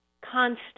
constant